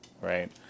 right